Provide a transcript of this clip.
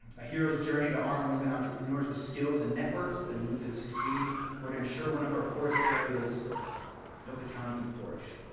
a hero's journey to arm women entrepreneurs with skills and networks that you need to succeed or to ensure one of our poorest areas and of the county can flourish.